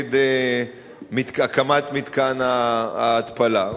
נגד הקמת מתקן ההתפלה.